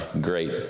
great